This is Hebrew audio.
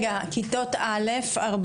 כיתות ג' 46%,